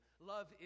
Love